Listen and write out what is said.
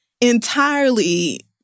entirely